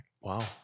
Wow